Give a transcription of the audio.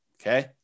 Okay